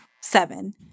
seven